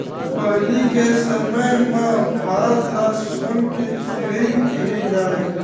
पहिली के समे म भारत ल सोन के चिरई केहे जाए